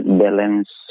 balance